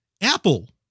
Apple